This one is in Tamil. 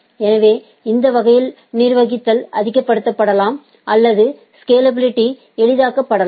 எனவே இந்த வழியில் நிர்வகித்தல் அதிகமாக்கப்படலாம் அல்லது ஸ்கேலாபிலிட்டி எளிதாக்கப்படலாம்